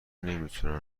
نمیتونن